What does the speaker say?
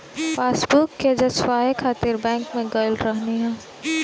passbook के जचवाए खातिर बैंक में गईल रहनी हअ